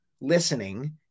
listening